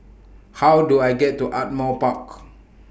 How Do I get to Ardmore Park